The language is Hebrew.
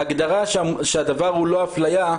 ההגדרה שהדבר הוא לא אפליה,